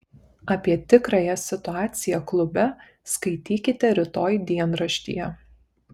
apie tikrąją situaciją klube skaitykite rytoj dienraštyje